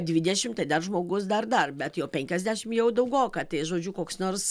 dvidešimt tai dar žmogus dar dar bet jau penkiasdešimt jau daugoka tai žodžiu koks nors